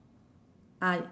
ah